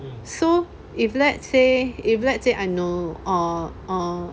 so if let's say if let's say I no um um